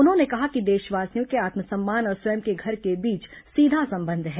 उन्होंने कहा कि देशवासियों के आत्मसम्मान और स्वयं के घर के बीच सीधा संबंध है